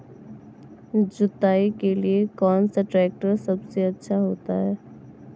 जुताई के लिए कौन सा ट्रैक्टर सबसे अच्छा होता है?